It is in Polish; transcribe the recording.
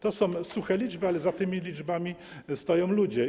To są suche liczby, ale za tymi liczbami stoją ludzie.